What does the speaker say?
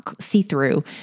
see-through